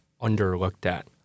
underlooked-at